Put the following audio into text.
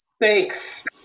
Thanks